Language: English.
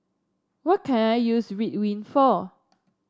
what can I use Ridwind for